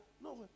No